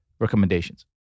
recommendations